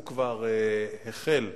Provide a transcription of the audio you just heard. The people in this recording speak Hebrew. הוא כבר החל בדיונים.